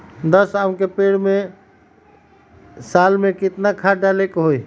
दस आम के पेड़ में साल में केतना खाद्य डाले के होई?